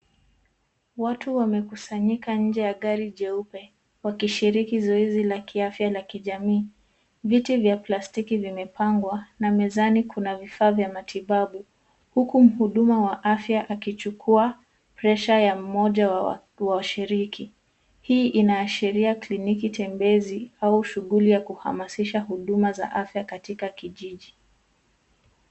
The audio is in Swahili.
Watu wamekusanyika nje ya gari jeupe wakishiriki zoezi la kiafya la kijamii. Viti vya plastiki vimepangwa na mezani kuna vifaa vya matibabu huku mhudumu wa afya akichukua presha ya mmoja wa washiriki. Hii inaashiria kliniki tembezi au shughuli ya kuhamasisha shughuli za afya katika kijiji.